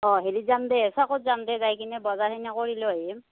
অঁ হেৰিত যাম দে চকত যাম দে যাই কিনে বজাৰখিনি কৰি লৈ আহিম